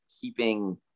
keeping